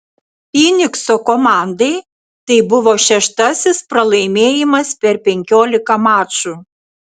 fynikso komandai tai buvo šeštasis pralaimėjimas per penkiolika mačų